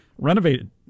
Renovated